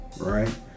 right